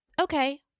okay